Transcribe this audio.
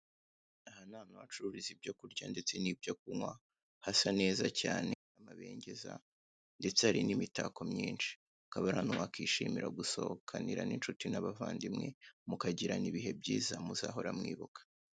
Aha ni ahantu bacururiza ibyo kurya ndetse no kunywa, hasa neza cyane hateye amabengeza ndetse hari imitako myishi hakaba ari ahantu wakishimira gusohokanira